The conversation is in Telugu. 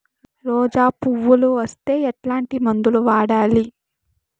రోజా పువ్వులు వస్తే ఎట్లాంటి మందులు వాడాలి?